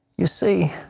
you see,